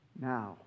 now